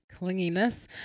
clinginess